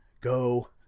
go